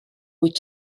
wyt